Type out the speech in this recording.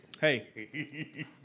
Hey